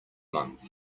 month